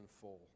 full